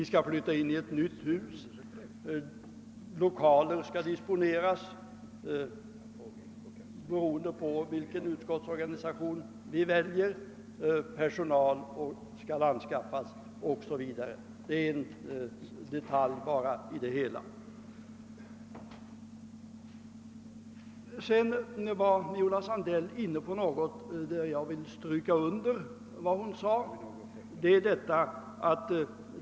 Vi skall flytta in i ett nytt hus, lokaler skall disponeras beroende på vilken ut skottsorganisation vi väljer, personal skall anskaffas och andra detaljer skall ordnas. Sedan var Viola Sandell inne på något som jag vill stryka under.